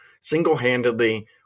single-handedly